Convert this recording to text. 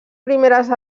primeres